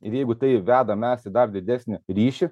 ir jeigu tai veda mes į dar didesnį ryšį